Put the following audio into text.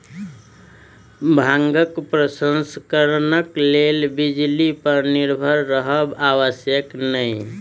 भांगक प्रसंस्करणक लेल बिजली पर निर्भर रहब आवश्यक नै